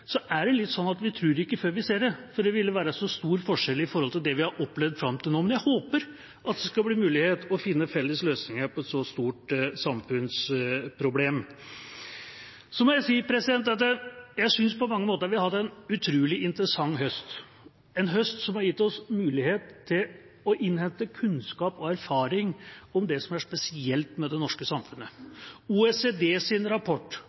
det som kommer, tror vi det ikke før vi ser det, for det ville være så stor forskjell i forhold til det vi har opplevd fram til nå. Men jeg håper at det skal bli mulighet til å finne felles løsninger på et så stort samfunnsproblem. Så må jeg si at jeg synes på mange måter at vi har hatt en utrolig interessant høst, en høst som har gitt oss mulighet til å innhente kunnskap om og erfaring fra det som er spesielt med det norske samfunnet. OECDs rapport